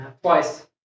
Twice